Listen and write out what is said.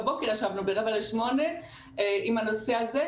הבוקר ישבנו ברבע לשמונה על הנושא הזה,